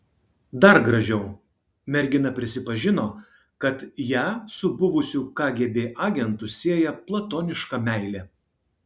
dar gražiau mergina prisipažino kad ją su buvusiu kgb agentu sieja platoniška meilė